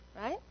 right